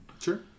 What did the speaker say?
Sure